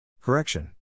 Correction